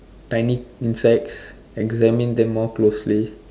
tiny insects examine them more closely